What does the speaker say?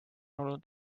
olnud